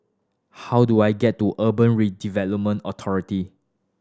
how do I get to Urban Redevelopment Authority